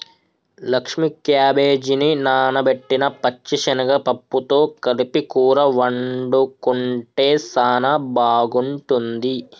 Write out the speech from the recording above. లక్ష్మీ క్యాబేజిని నానబెట్టిన పచ్చిశనగ పప్పుతో కలిపి కూర వండుకుంటే సానా బాగుంటుంది